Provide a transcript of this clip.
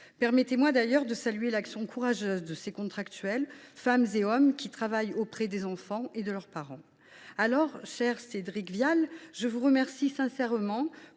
Permettez moi d’ailleurs de saluer l’action courageuse de ces contractuels, femmes et hommes, qui travaillent auprès des enfants et de leurs parents. Cher Cédric Vial, je vous remercie sincèrement